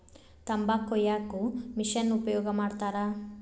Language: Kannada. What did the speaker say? ತಂಬಾಕ ಕೊಯ್ಯಾಕು ಮಿಶೆನ್ ಉಪಯೋಗ ಮಾಡತಾರ